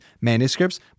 manuscripts